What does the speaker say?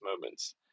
moments